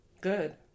Good